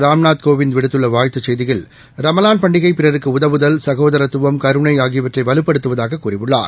ராம்நாத் கோவிந்த் விடுத்துள்ள வாழ்த்துச் செய்தியில் ரமலான் பண்டிகை பிறருக்கு உதவுவதல் சகோதரத்துவம் கருணை ஆகியவற்றை வலுப்படுத்துவதாக கூறியுள்ளார்